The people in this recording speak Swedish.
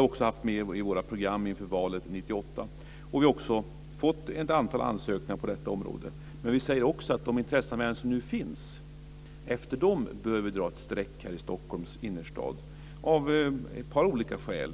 vi också med i våra program inför valet 1998. Det har ju också inkommit ett antal ansökningar på området. Men vi säger också att vi med de intresseanmälningar som nu finns bör dra ett streck när det gäller Stockholms innerstad; detta av ett par olika skäl.